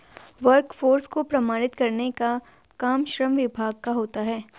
workforce को प्रमाणित करने का काम श्रम विभाग का होता है